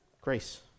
Grace